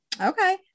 Okay